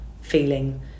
feeling